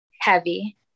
heavy